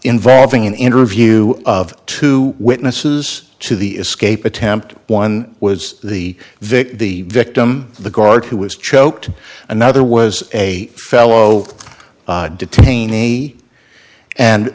involving an interview of two witnesses to the escape attempt one was the vic the victim the guard who was choked another was a fellow detain a and